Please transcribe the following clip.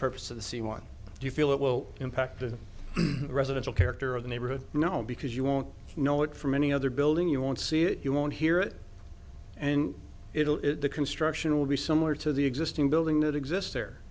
purpose of the sea what do you feel it will impact the residential character of the neighborhood you know because you won't know it from any other building you won't see it you won't hear it and it'll it the construction will be similar to the existing building that exists there